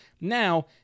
Now